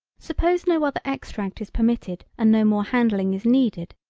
suppose no other extract is permitted and no more handling is needed,